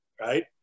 right